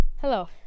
hello